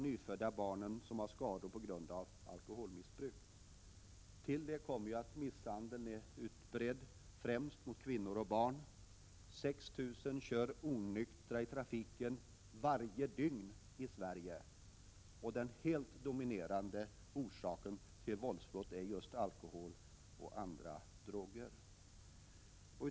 Dessutom har flera hundra nyfödda barn skador på grund av moderns alkoholbruk. Till detta kommer en utbredd misshandel, främst av kvinnor och barn. Den helt dominerande orsaken till våldsbrotten är just alkohol och andra droger. Varje dygn kör 6 000 människor omkring onyktra i trafiken i Sverige.